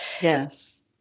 Yes